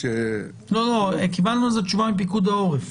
לא קיבלנו על זה תשובה מפיקוד העורף?